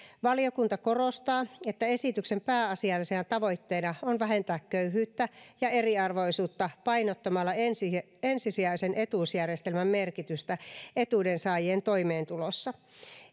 valiokunta korostaa että esityksen pääasiallisena tavoitteena on vähentää köyhyyttä ja eriarvoisuutta painottamalla ensisijaisen ensisijaisen etuusjärjestelmän merkitystä etuuden saajien toimeentulossa